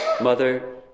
Mother